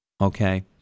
okay